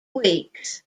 weeks